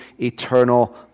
eternal